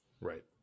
Right